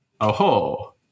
Oh-ho